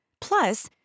Plus